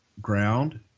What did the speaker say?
ground